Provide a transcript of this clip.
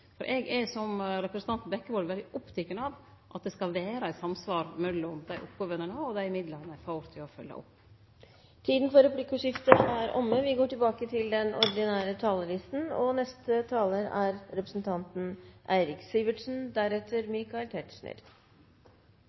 Eg er, som representanten Bekkevold, veldig oppteken av at det skal vere eit samsvar mellom dei oppgåvene ein har, og dei midlane ein får til å følgje opp med. Replikkordskiftet er omme. Nå når vi har snakket om de 175 årene med formannskapslovene, er